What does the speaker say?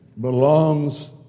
belongs